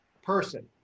person